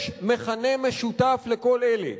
יש מכנה משותף לכל אלה: